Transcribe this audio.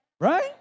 right